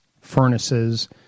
furnaces